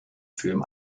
film